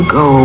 go